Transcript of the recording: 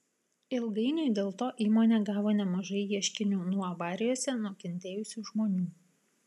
ilgainiui dėl to įmonė gavo nemažai ieškinių nuo avarijose nukentėjusių žmonių